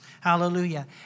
Hallelujah